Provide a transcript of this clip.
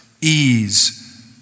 ease